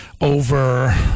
over